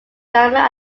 drama